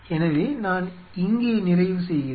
எனவே நான் இங்கே நிறைவு செய்கிறேன்